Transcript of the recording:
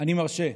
אני מרשה.